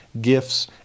gifts